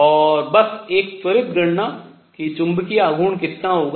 और बस एक त्वरित गणना कि चुंबकीय आघूर्ण कितना होगा